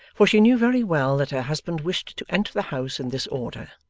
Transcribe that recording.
for she knew very well that her husband wished to enter the house in this order,